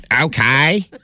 Okay